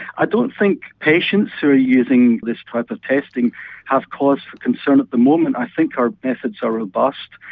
i don't think patients who are using this type of testing have cause for concern at the moment, i think our methods are robust.